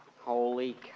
Holy